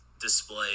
display